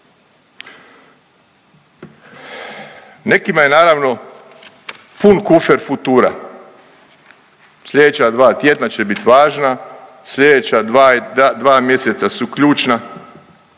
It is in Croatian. Nekima je naravno pun kufer futura, slijedeća dva tjedna će bit važna, slijedeća dva mjeseca su ključna